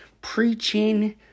preaching